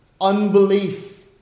unbelief